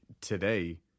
today